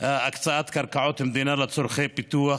אי-הקצאת קרקעות מדינה לצורכי פיתוח,